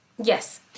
Yes